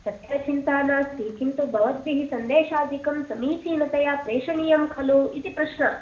तत्र चिन्ता नास्ति किन्तु भवद्भिः सन्देशात् एकं समीचिनतया प्रेषणीयं खलु इति प्रश्नः